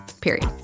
period